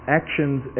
actions